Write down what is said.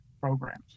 programs